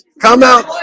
come out